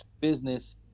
business